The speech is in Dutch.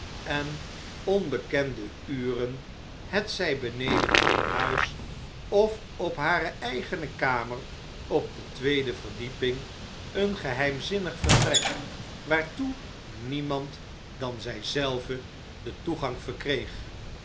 op onbekende uren hetzjj beneden in huis of op hare eigene kamer op de tweede verdieping een geheimzinnig vertrek waartoe niemand dan zij j in londen en parijs zelve den toegang verkreeg